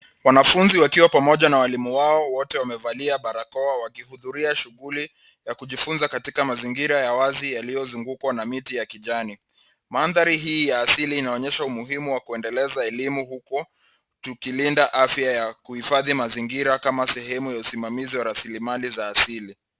Wanafunzi, wakiwa pamoja na walimu wao wote wamevalia barakoa wakihudhuria shughuli ya kujifunzia katika mazingira ya wazi yaliozungukwa na miti ya kijani madhari hii ya asili inaonyesha umuhimu wa kuendeleza elimu huku tukilinda afya ya kuhifadhi mazingira kama sehemu ya usimamizi wa raslimali za asili